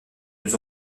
plus